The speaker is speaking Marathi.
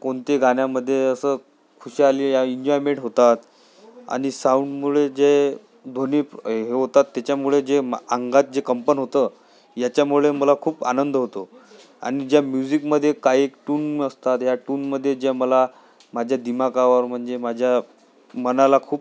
कोणते गाण्यामध्ये असं खुशाली या इन्जॉयमेंट होतात आणि साऊंडमुळे जे ध्वनी हे होतात त्याच्यामुळे जे अंगात जे कंपन होतं याच्यामुळे मला खूप आनंद होतो आणि ज्या म्युझिकमधे काही टून्न असतात ह्या टूनमध्ये ज्या मला माझ्या दिमागावर म्हणजे माझ्या मनाला खूप